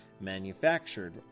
manufactured